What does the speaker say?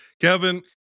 Kevin